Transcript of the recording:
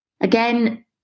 Again